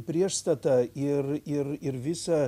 priešstata ir ir ir visa